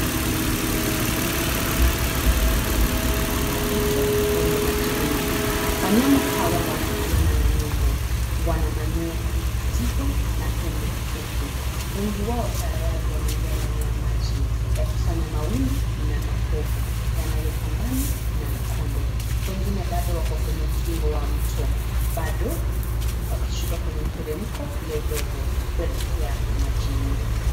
Kundi kubwa la wanyama wanaonekana wakivuka mto wenye maji mingi. Wanyama hawa wanafanana na nyumbu, wana manyoa ya rangi ya kijivu na pembe fupi. Wengi wao tayari wameingia ndani ya maji yakifanya mawimbi na mapovu yanayopambana na mkondo. Wengine bado wako kwenye ukingo wa mto, bado wakishuka kwenye mteremko wa udongo kuelekea majini.